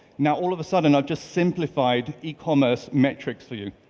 now all of a sudden i've just simplified ecommerce metrics for you.